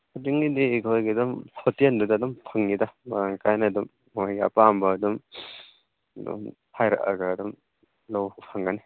ꯐꯨꯗꯤꯡꯒꯤ ꯑꯩꯈꯣꯏꯒꯤ ꯑꯗꯨꯝ ꯍꯣꯇꯦꯜꯗꯨꯗ ꯑꯗꯨꯝ ꯐꯪꯏꯗ ꯃꯔꯥꯡ ꯀꯥꯏꯅ ꯑꯗꯨꯝ ꯃꯣꯏꯒꯤ ꯑꯄꯥꯝꯕ ꯑꯗꯨꯝ ꯍꯥꯏꯔꯛꯑꯒ ꯑꯗꯨꯝ ꯂꯧꯕ ꯐꯪꯒꯅꯤ